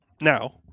now